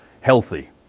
healthy